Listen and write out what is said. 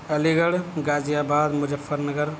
Ali Garh Ghaziabad Muzaffarnagar